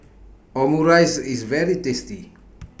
Omurice IS very tasty